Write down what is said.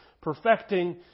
perfecting